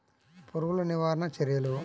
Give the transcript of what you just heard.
పురుగులు నివారణకు చర్యలు?